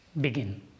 begin